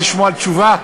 לשמוע תשובה?